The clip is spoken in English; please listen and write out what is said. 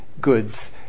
goods